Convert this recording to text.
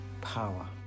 power